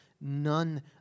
none